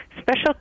Special